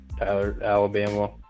Alabama